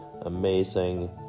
amazing